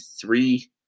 three